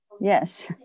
Yes